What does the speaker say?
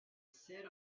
set